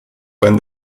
when